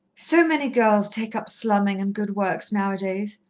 so many girls take up slumming and good works now-a-days,